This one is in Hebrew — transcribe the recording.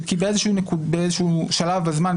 כי באיזה שלב בזמן,